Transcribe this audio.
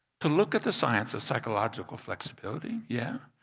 to look at the science of psychological flexibility, yeah,